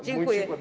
Dziękuję.